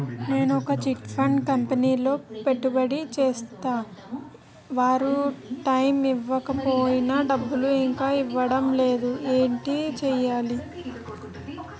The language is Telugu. నేను ఒక చిట్ ఫండ్ కంపెనీలో పెట్టుబడి చేస్తే వారు టైమ్ ఇవ్వకపోయినా డబ్బు ఇంకా ఇవ్వడం లేదు ఏంటి చేయాలి?